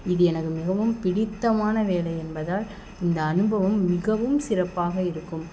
இது எனது மிகவும் பிடித்தமான வேலை என்பதால் இந்த அனுபவம் மிகவும் சிறப்பாக இருக்கும்